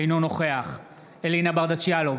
אינו נוכח אלינה ברדץ' יאלוב,